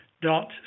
dot